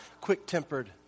quick-tempered